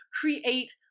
create